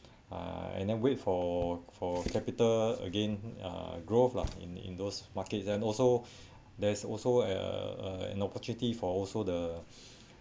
uh and then wait for for capital again uh growth lah in in those markets and also there's also uh an opportunity for also the